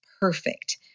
perfect